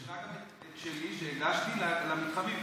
היא אישרה גם את שלי, והגשתי על המתחמים.